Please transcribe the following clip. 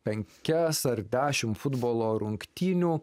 penkias ar dešimt futbolo rungtynių